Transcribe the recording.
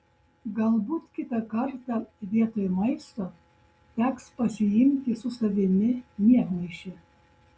galbūt kitą kartą vietoj maisto teks pasiimti su savimi miegmaišį